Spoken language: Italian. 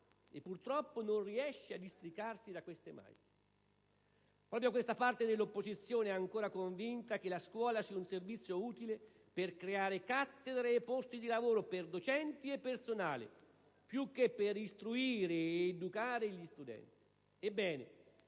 e purtroppo non riesce a districarsi da queste maglie. Proprio questa parte dell'opposizione è ancora convinta che la scuola sia un servizio utile per creare cattedre e posti di lavoro per docenti e personale, più che per istruire ed educare gli studenti.